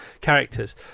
characters